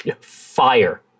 fire